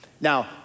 Now